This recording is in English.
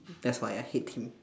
that's why I hate him